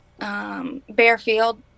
bearfield